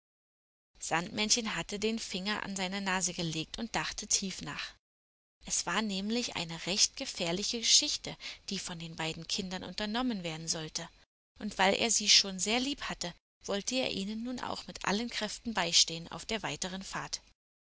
sandmännchen hatte den finger an seine nase gelegt und dachte tief nach es war nämlich eine recht gefährliche geschichte die von den beiden kindern unternommen werden sollte und weil er sie schon sehr lieb hatte wollte er ihnen nun auch mit allen kräften beistehen auf der weiteren fahrt